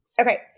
Okay